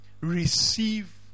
receive